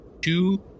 two